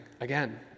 again